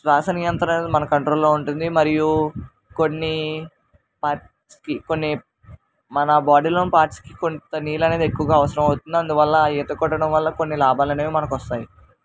శ్వాస నియంత్రణలు మన కంట్రోల్లో ఉంటుంది మరియు కొన్ని పార్ట్స్కి కొన్ని మన బాడీలోని పార్ట్స్కి కొంత నీళ్ళనేవి ఎక్కువ అవసరం అవుతుంది అందువల్ల ఈత కొట్టడం వల్ల కొన్ని లాభాలనేవి మనకు వస్తాయి